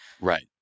right